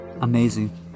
Amazing